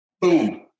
Boom